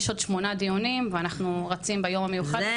ישנם עוד כשמונה דיונים שמתקיימים פה היום ואנחנו רצים ביום המיוחד הזה.